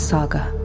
Saga